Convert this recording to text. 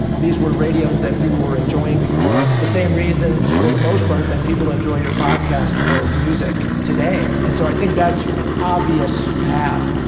these were radios that people were enjoying for the same reasons, for the most part, that people enjoy your podcast or music today. and so, i think that's an obvious path.